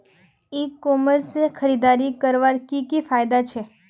ई commerce से खरीदारी करवार की की फायदा छे?